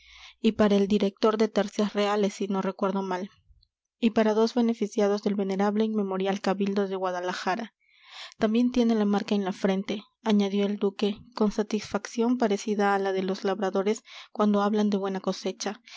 y para el director de tercias reales si no recuerdo mal y para dos beneficiados del venerable e inmemorial cabildo de guadalajara también tiene la marca en la frente añadió el duque con satisfacción parecida a la de los labradores cuando hablan de buena cosecha